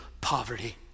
poverty